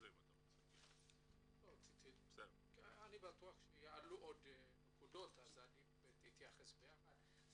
אני בטוח שיעלו עוד נקודות אז עדיף שתתייחס ביחד.